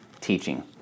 teaching